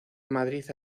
madrid